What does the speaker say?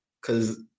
cause